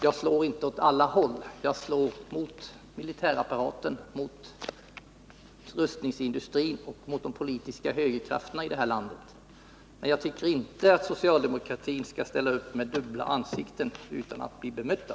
Jag slår inte åt alla håll, som Maj Britt Theorin sade, utan jag slår mot militärapparaten, mot rustningsindustrin och mot de politiska högerkrafterna i det här landet. Och jag tycker inte att socialdemokraterna skall få ställa upp i debatten med dubbla ansikten utan att bli bemötta.